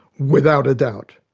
without a doubt.